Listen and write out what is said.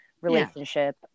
relationship